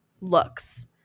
looks